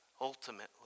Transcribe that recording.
ultimately